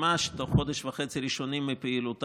ממש תוך חודש וחצי ראשונים לפעילותה.